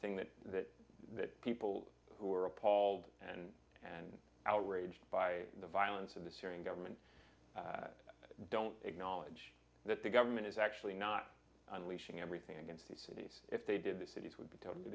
thing that that the people who are appalled and outraged by the violence of the syrian government don't acknowledge that the government is actually not unleashing everything against peace if they did the cities would be totally